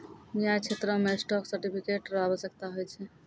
न्याय क्षेत्रो मे स्टॉक सर्टिफिकेट र आवश्यकता होय छै